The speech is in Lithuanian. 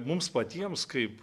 mums patiems kaip